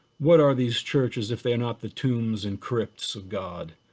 what are these churches if they're not the tombs and crypts of god?